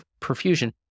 perfusion